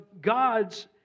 God's